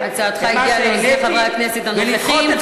הצעתך הגיעה לאוזני חברי הכנסת הנוכחים.